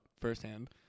firsthand